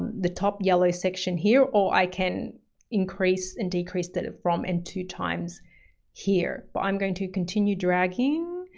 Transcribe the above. the top yellow section here, or i can increase and decrease the from and to times here. but i'm going to continue dragging.